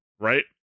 right